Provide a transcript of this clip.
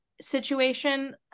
situation